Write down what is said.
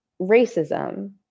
racism